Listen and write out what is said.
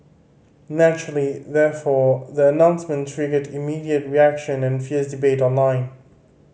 naturally therefore the announcement triggered immediate reaction and fierce debate online